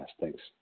Thanks